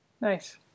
Nice